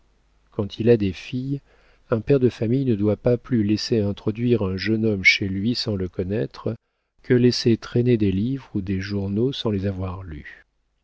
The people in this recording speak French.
quand il a des filles un père de famille ne doit pas plus laisser introduire un jeune homme chez lui sans le connaître que laisser traîner des livres ou des journaux sans les avoir lus